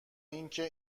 اینکه